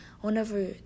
whenever